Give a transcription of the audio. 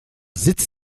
sitz